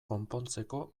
konpontzeko